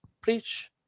preach